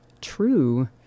true